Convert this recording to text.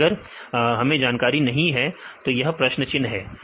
तो अगर हमें जानकारी नहीं है तो यह प्रश्न चिन्ह है